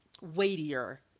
weightier